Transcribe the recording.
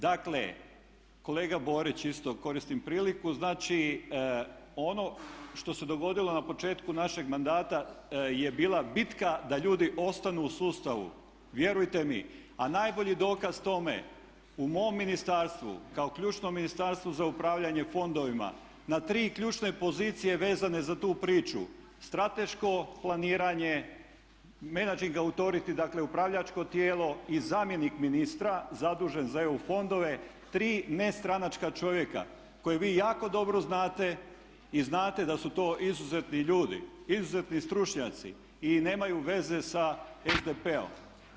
Dakle, kolega Borić isto koristim priliku, znači ono što se dogodilo na početku našeg mandata je bila bitka da ljudi ostanu u sustavu, vjerujte mi, a najbolji dokaz tome u mom ministarstvu kao ključnom ministarstvu kao ključnom ministarstvu za upravljanje fondovima na tri ključne pozicije vezane za tu priču strateško planiranje … [[Govornik govori engleski, ne razumije se.]] dakle upravljačko tijelo i zamjenik ministra zadužen za EU fondove, tri nestranačka čovjeka koje vi jako dobro znate i znate da su to izuzetni ljudi, izuzetni stručnjaci i nemaju veze sa SDP-om.